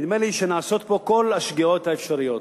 נדמה לי שנעשות פה כל השגיאות האפשריות.